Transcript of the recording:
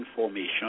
information